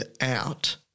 out